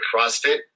CrossFit